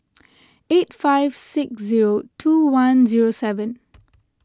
eight five six zero two one zero seven